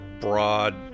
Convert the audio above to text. broad